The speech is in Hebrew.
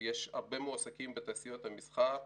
יש הרבה מועסקים בתעשיות ובמסחר.